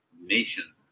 nation